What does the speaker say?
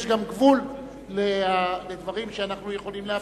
יש גם גבול לדברים שאנחנו יכולים לאפשר.